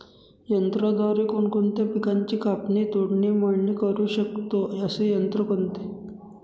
यंत्राद्वारे कोणकोणत्या पिकांची कापणी, तोडणी, मळणी करु शकतो, असे यंत्र कोणते?